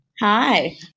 Hi